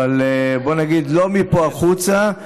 לא מפה החוצה,